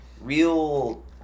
real